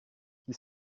qui